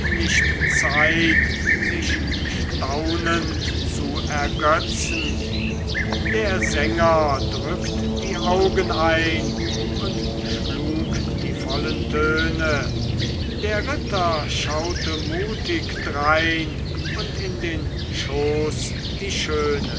nicht zeit sich staunend zu ergötzen der sänger drückt die augen ein und schlug die vollen töne der ritter schaute mutig drein und in den schoß die schöne